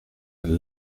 een